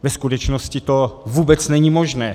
Ve skutečnosti to vůbec není možné.